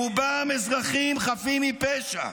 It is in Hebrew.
-- רובם אזרחים חפים מפשע.